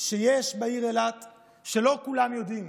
שיש בעיר אילת שלא כולם יודעים.